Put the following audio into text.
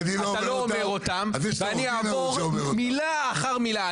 אני אעבור מילה אחר מילה.